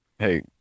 Hey